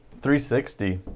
360